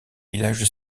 villages